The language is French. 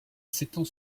s’étend